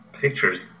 Pictures